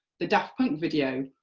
the daft punk video,